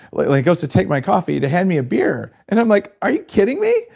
like he goes to take my coffee to hand me a beer, and i'm like, are you kidding me?